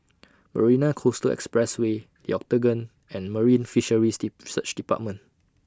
Marina Coastal Expressway Yo Octagon and Marine Fisheries Research department